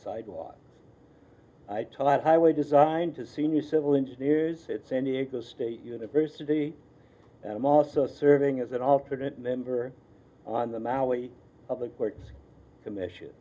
sidewalks i type highway design to senior civil engineers at san diego state university and i'm also serving as an alternate member on the maui public courts commission